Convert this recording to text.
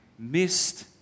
missed